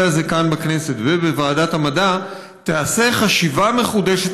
הזה כאן בכנסת ובוועדת המדע תיעשה חשיבה מחודשת